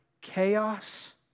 chaos